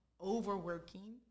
overworking